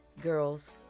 girls